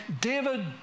David